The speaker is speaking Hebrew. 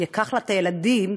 ייקח לה את הילדים,